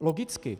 Logicky.